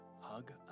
hug